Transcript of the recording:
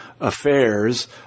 affairs